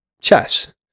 chess